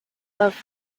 love